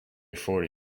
forty